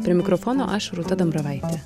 prie mikrofono aš rūta dambravaitė